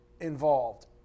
involved